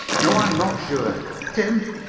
no, i am not sure. tim,